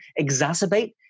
exacerbate